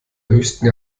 höchsten